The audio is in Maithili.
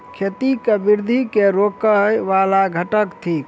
खेती केँ वृद्धि केँ रोकय वला घटक थिक?